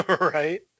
Right